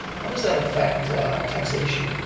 how does that affect taxation?